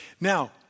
Now